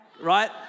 right